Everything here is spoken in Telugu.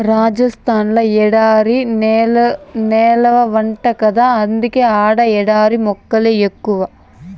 రాజస్థాన్ ల ఎడారి నేలెక్కువంట గదా అందుకే ఆడ ఎడారి మొక్కలే ఎక్కువ